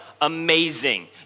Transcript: amazing